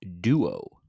duo